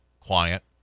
client